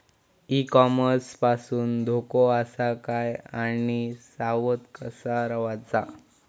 E commerce पासून धोको आसा काय आणि सावध कसा रवाचा?